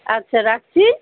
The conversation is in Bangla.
আচ্ছা রাখছি